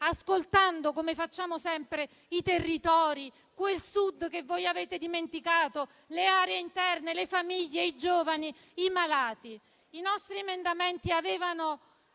ascoltando, come facciamo sempre, i territori, quel Sud che voi avete dimenticato, le aree interne, le famiglie, i giovani, i malati. I nostri emendamenti avevano